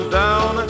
down